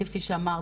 כפי שאמרת,